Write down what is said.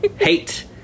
hate